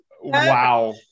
Wow